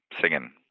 singing